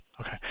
okay